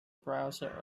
browser